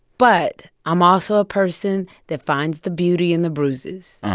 but i'm also a person that finds the beauty in the bruises.